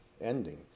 ending